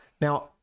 now